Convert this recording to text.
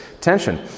tension